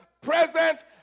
present